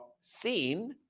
seen